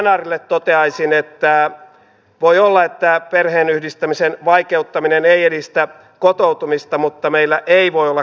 tämän vaalikauden tämän sektorin tärkein rakenteellinen uudistus on sote uudistus ja toisaalta sitten kuntien tehtävien ja velvoitteiden karsiminen